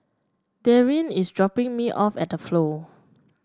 Daryn is dropping me off at The Flow